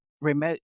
remote